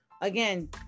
again